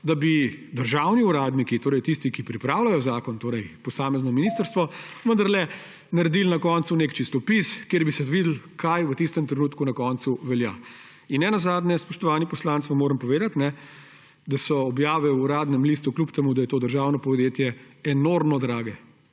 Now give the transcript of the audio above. da bi državni uradniki, torej tisti, ki pripravljajo zakon, torej posamezno ministrstvo, vendarle naredili na koncu nek čistopis, kjer bi se videlo, kaj v tistem trenutku na koncu velja. Spoštovani poslanec, vam moram povedati, da so objave v Uradnem listu, čeprav je to državno podjetje, enormno drage,